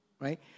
right